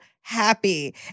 happy